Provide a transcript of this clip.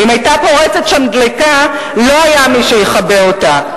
ואם היתה פורצת שם דלקה לא היה מי שיכבה אותה.